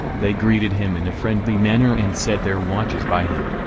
they greeted him in a friendly manner and set their watches by him.